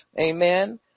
Amen